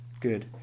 Good